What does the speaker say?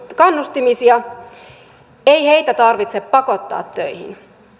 kannustamisia ei heitä tarvitse pakottaa töihin